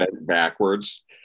backwards